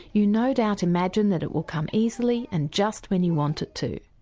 you no doubt imagine that it will come easily and just when you want it to.